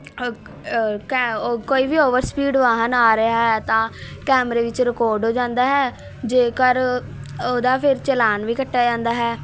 ਕਾ ਓਹ ਕੋਈ ਵੀ ਓਵਰ ਸਪੀਡ ਵਾਹਨ ਆ ਰਿਹਾ ਹੈ ਤਾਂ ਕੈਮਰੇ ਵਿੱਚ ਰਿਕੋਰਡ ਹੋ ਜਾਂਦਾ ਹੈ ਜੇਕਰ ਉਹਦਾ ਫਿਰ ਚਲਾਨ ਵੀ ਕੱਟਿਆ ਜਾਂਦਾ ਹੈ